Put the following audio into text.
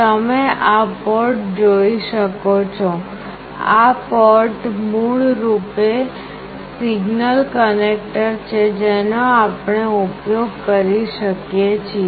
તમે આ પોર્ટ જોઈ શકો છો આ પોર્ટ મૂળ રૂપે સિગ્નલ કનેક્ટર છે જેનો આપણે ઉપયોગ કરી શકીએ છીએ